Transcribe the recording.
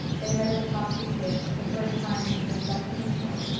they met at the top of the stairs for the first time since they had left kingsport,